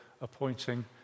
appointing